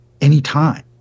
anytime